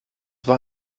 war